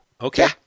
okay